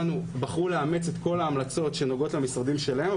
לאמץ את כל ההמלצות שנוגעות למשרדים שלהם,